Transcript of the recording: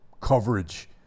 coverage